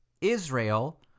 israel